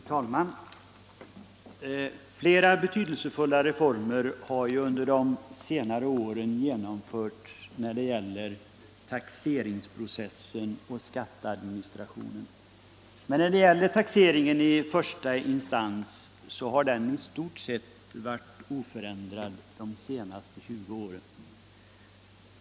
Fru talman! Flera betydelsefulla reformer har under senare år genomförts när det gäller taxeringsprocessen och skatteadministrationen. Men taxeringen i första instans har i stort sett varit oförändrad de senaste 20 åren.